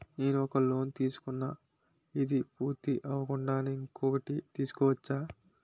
నేను ఒక లోన్ తీసుకున్న, ఇది పూర్తి అవ్వకుండానే ఇంకోటి తీసుకోవచ్చా?